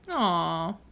Aw